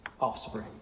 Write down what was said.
offspring